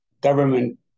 government